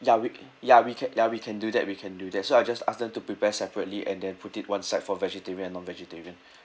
ya we ya we can ya we can do that we can do that so I just ask them to prepare separately and then put it one side for vegetarian non-vegetarian